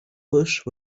bush